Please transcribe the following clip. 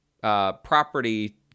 property